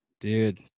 dude